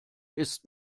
ist